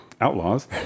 outlaws